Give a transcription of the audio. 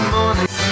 Morning